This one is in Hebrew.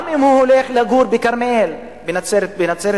אם הוא הולך לגור בכרמיאל, בנצרת-עילית,